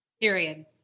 Period